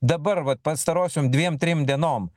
dabar vat pastarosiom dviem trim dienom